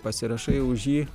pasirašai už jį